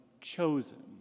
chosen